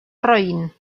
roín